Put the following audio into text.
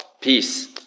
peace